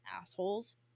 assholes